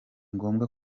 ngombwa